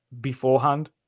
beforehand